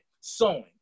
sewing